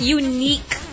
unique